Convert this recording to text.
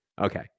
Okay